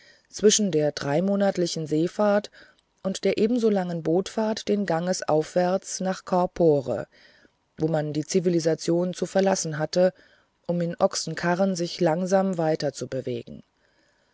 zwischen der dreimonatlichen seefahrt und der ebenso langen bootfahrt den ganges aufwärts nach cawnpore wo man die zivilisation zu verlassen hatte um in ochsenkarren sich langsam